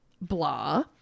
Blah